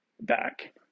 back